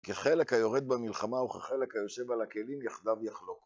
כחלק היורד במלחמה וכחלק היושב על הכלים יחדיו יחלוק.